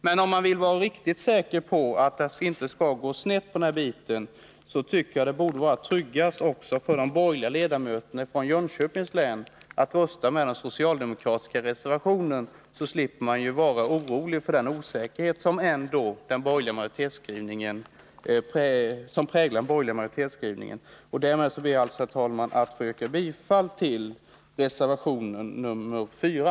Men om man vill vara riktigt säker på att det inte skall gå snett när det gäller den här biten, så borde det, tycker jag, vara tryggast också för de borgerliga ledamöterna från Jönköpings län att rösta med den socialdemokratiska reservationen. Då slipper man ju vara orolig för den osäkerhet som präglar den borgerliga majoritetsskrivningen. Herr talman! Jag ber att få yrka bifall till reservationen 4.